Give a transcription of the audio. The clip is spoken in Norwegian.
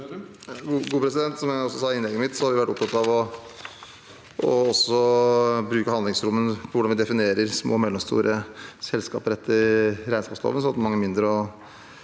Som jeg også sa i innlegget mitt, har vi vært opptatt av å bruke handlingsrommet for hvordan vi definerer små og mellomstore selskaper etter regnskapsloven, sånn at mange mindre og